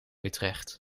utrecht